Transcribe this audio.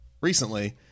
recently